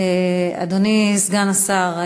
אדוני סגן השר,